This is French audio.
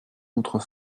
notre